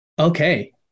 okay